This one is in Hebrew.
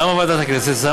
למה ועדת הכנסת?